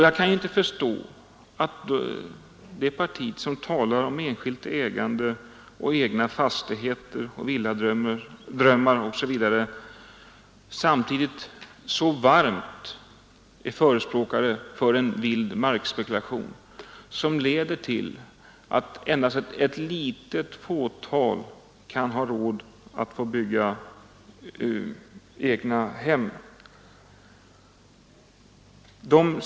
Jag kan inte förstå att det parti som talar om enskilt ägande, egna fastigheter, villadrömmar osv. samtidigt så varmt förespråkar en vild markspekulation, som leder till att endast ett litet fåtal kan ha råd att bygga egna hem.